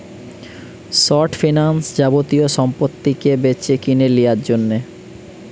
short finance যাবতীয় সম্পত্তিকে বেচেকিনে লিয়ার জন্যে